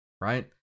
right